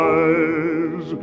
eyes